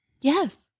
Yes